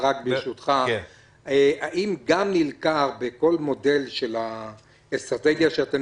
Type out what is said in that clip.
האם נבדקה בכל מודל האסטרטגיה שאתם